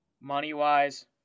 money-wise